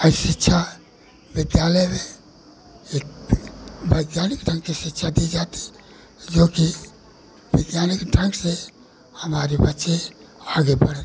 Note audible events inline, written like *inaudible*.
*unintelligible* शिक्षा विद्यालय में एक वैज्ञानिक ढंग से शिक्षा दी जाती है जोकि वैज्ञानिक ढंग से हमारे बच्चे आगे बढ़ रहे हैं